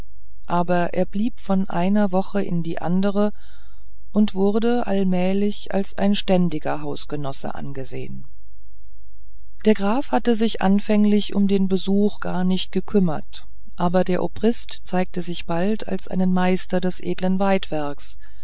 aber er blieb von einer woche in die andere und wurde allmählich als ein ständiger hausgenosse angesehen der graf hatte sich anfänglich um den besuch gar nicht gekümmert aber der obrist zeigte sich bald als einen meister des edlen weidwerks